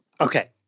okay